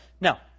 Now